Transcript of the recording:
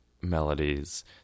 melodies